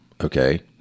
Okay